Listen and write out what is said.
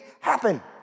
Happen